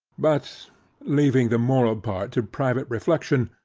but leaving the moral part to private reflection,